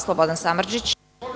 Slobodan Samardžić.